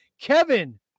kevin